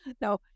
No